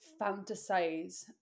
fantasize